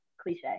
cliche